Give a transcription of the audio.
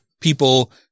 people